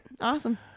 Awesome